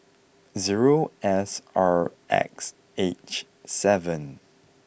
zero S R X H seven